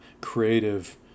creative